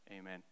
Amen